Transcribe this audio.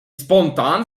spontaan